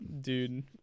dude